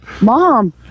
Mom